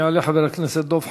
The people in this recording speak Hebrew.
יעלה חבר הכנסת דב חנין,